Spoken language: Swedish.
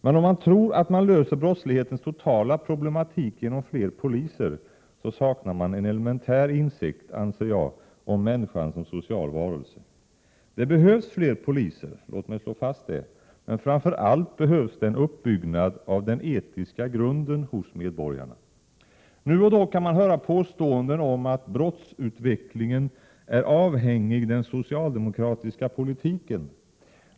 Men om man tror att man löser brottslighetens totala problematik genom fler poliser, saknar man en elementär insikt, anser jag, om människan som social varelse. Det behövs fler poliser! Låt mig slå fast detta. Men framför allt behövs det en uppbyggnad av den etiska grunden hos medborgarna. Nu och då kan man höra påståenden om att brottsutvecklingen är avhängig den socialdemokratiska politiken.